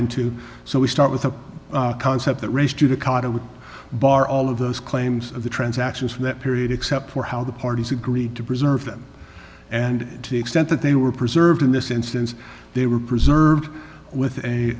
into so we start with a concept that race judicata would bar all of those claims of the transactions from that period except for how the parties agreed to preserve them and to the extent that they were preserved in this instance they were preserved with a